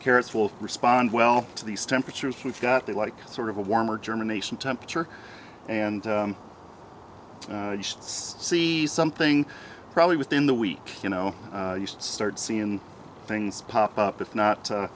carrots will respond well to these temperatures we've got there like sort of a warmer germination temperature and just see something probably within the week you know you start seeing things pop up if not